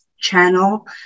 channel